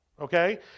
Okay